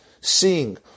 Seeing